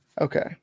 Okay